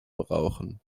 brauchen